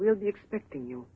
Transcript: really expecting you